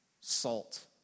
salt